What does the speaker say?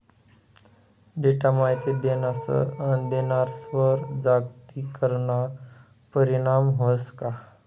Data माहिती देणारस्वर जागतिकीकरणना परीणाम व्हस का?